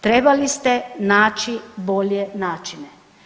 Trebali ste naći bolje načine.